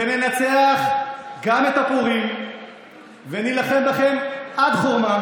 ננצח גם את הפורעים ונילחם בכם עד חורמה.